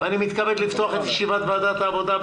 אני מתכבד לפתוח את ישיבת ועדת העבודה,